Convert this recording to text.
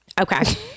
Okay